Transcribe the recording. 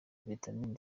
vitamin